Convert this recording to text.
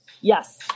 Yes